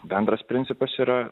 bendras principas yra